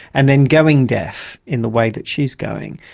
and then going deaf, in the way that she's going.